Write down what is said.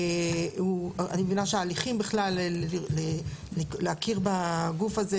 אני מבינה שההליכים להכיר בגוף הזה